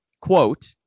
quote